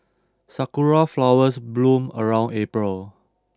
sakura flowers bloom around April